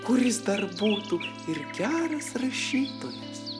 kuris dar būtų ir geras rašytojas